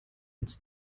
its